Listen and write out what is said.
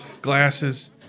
glasses